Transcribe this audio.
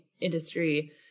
industry